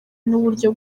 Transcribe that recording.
n’uburyo